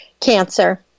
cancer